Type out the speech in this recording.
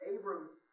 Abram's